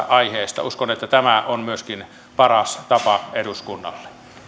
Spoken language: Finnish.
aiheesta uskon että tämä on myöskin paras tapa eduskunnalle